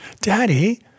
Daddy